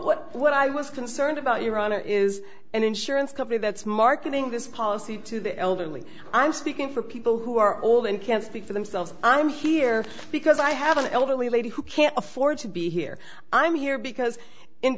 well what i was concerned about your honor is an insurance company that's marketing this policy to the elderly i'm speaking for people who are old and can't speak for themselves i'm here because i have an elderly lady who can't afford to be here i'm here because in